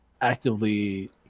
actively